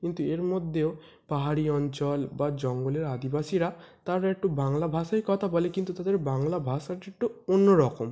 কিন্তু এর মধ্যেও পাহাড়ি অঞ্চল বা জঙ্গলের আদিবাসীরা তারা একটু বাংলা ভাষায় কথা বলে কিন্তু তাদের বাংলা ভাষাটা একটু অন্য রকম